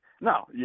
No